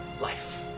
life